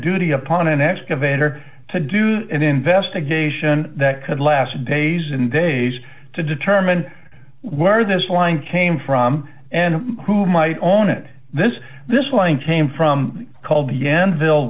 duty upon an excavator to do that investigation that could last days in days to determine where this line came from and who might own it this this one came from called the n vil